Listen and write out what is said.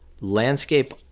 landscape